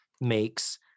makes